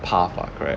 path lah correct